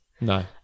no